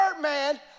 man